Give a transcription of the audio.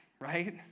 right